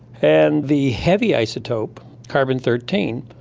and the heavy isotope, carbon thirteen,